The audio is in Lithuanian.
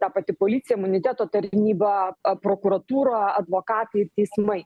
ta pati policija imuniteto tarnyba prokuratūra advokatai ir teismai